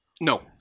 No